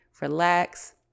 relax